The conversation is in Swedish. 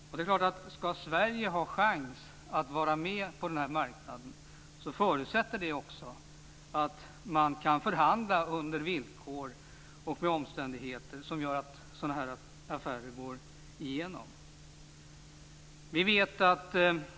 Om Sverige skall ha en chans att få igenom affärer på den här marknaden måste vi kunna förhandla under vissa villkor och omständigheter.